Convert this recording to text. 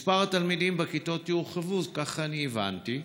מספר התלמידים בכיתות יוגדל, ככה אני הבנתי,